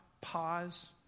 pause